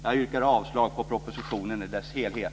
Jag yrkar avslag på propositionen i dess helhet.